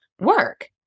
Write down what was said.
work